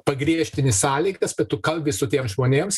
pagriežtini sąlygas bet tu kalbi su tiem žmonėms